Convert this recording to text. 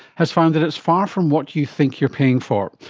has found that it is far from what you think you are paying for.